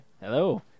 Hello